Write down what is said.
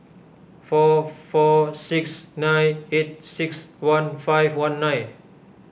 four four six nine eight six one five one nine